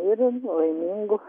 ir laimingų